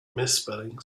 misspellings